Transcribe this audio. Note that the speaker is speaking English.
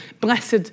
blessed